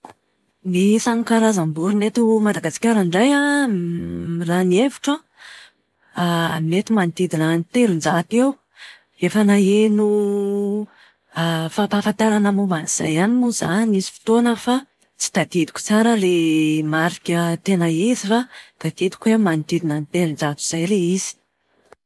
Ny isan'ny karazam-borona eto Madagasikara indray an, raha ny hevitro an, mety manodidina ny telon-jato eo. Efa naheno fampahafantarana momba an'izay ihany moa izaho nisy fotoana fa tsy tadidiko tsara ilay marika tena izy fa tadidiko hoe manodidina ny telon-jato izay ilay izy.